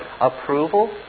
approval